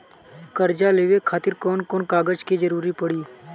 कर्जा लेवे खातिर कौन कौन कागज के जरूरी पड़ी?